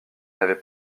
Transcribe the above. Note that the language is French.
n’avait